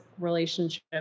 relationship